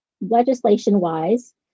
legislation-wise